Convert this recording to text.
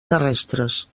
terrestres